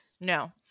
No